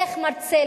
איך מרצה,